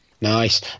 Nice